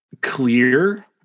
clear